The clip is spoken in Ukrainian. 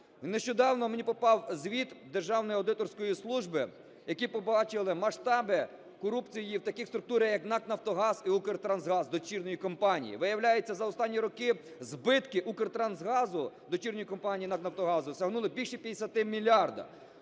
Нещодавно мені попав звіт Державної аудиторської служби, в якому побачили масштаби корупції в таких структурах, як НАК "Нафтогаз" і "Укртрансгаз", дочірньої компанії. Виявляється, за останні роки збитки "Укртрансгазу", дочірньої компанії НАК "Нафтогазу", сягнули більше 50 мільярдів.